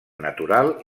natural